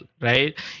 right